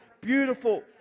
beautiful